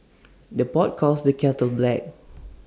the pot calls the kettle black